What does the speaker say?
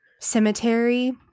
cemetery